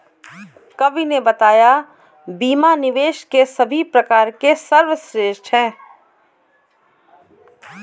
कवि ने बताया बीमा निवेश के सभी प्रकार में सर्वश्रेष्ठ है